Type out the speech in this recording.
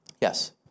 Yes